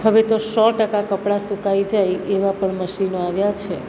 હવે તો સો ટકા કપડાં સુકાઈ જાય એવા પણ મશીનો આવ્યા છે